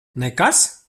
nekas